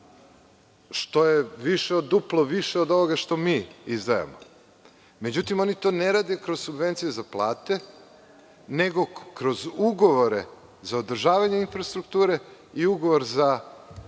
od duplo više od ovoga što mi izdvajamo. Međutim, oni to ne rade kroz subvencije za plate, nego kroz ugovore za održavanje infrastrukture i ugovore za